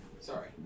Sorry